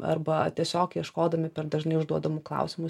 arba tiesiog ieškodami per dažnai užduodamų klausimus